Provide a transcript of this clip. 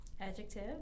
Adjective